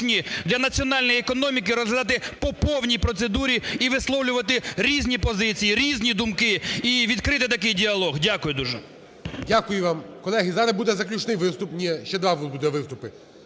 для національної економіки розглядати по повній процедурі і висловлювати різні позиції, різні думки, і відкрийте такий діалог. Дякую дуже. ГОЛОВУЮЧИЙ. Дякую вам. Колеги, зараз буде заключний виступ… Ні, ще два буде виступи.